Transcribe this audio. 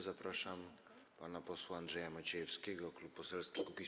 Zapraszam pana posła Andrzeja Maciejewskiego, Klub Poselski Kukiz’15.